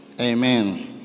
amen